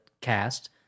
cast